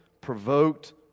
provoked